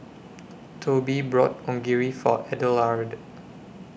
Tobi bought Onigiri For Adelard